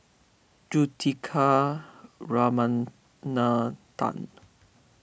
Juthika Ramanathan